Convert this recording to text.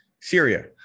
Syria